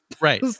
Right